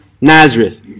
Nazareth